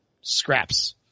scraps